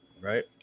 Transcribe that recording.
right